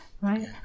Right